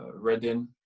Reading